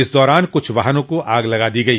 इस दौरान क्छ वाहनों को आग लगा दी गई